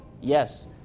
Yes